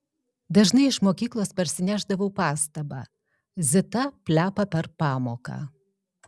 dažnai iš mokyklos parsinešdavau pastabą zita plepa per pamoką